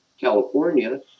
california